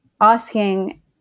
asking